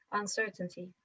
uncertainty